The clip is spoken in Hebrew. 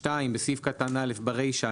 (2) בסעיף קטן (א) (א)ברישה,